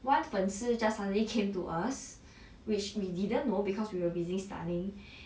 one 粉丝 just suddenly came to us which we didn't know because we were busy studying